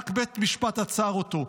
רק בית משפט עצר אותו.